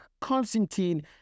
Constantine